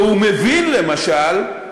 והוא מבין, למשל,